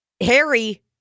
Harry